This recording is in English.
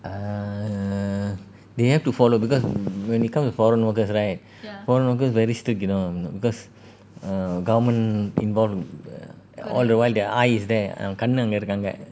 err they have to follow because when it comes to foreign workers right foreign workers very strict you know because err government in bond err all the while their eyes is there கண்ணு அங்க இருக்கு அங்க:kannu anga iruku anga